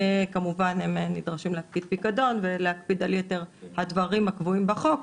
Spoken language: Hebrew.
כמובן שהם נדרשים להפקיד פיקדון ולהקפיד עלך יתר הדברים הקבועים בחוק,